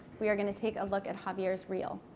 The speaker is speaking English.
we are going to take a look at javier's reel.